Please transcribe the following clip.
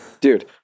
dude